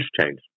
change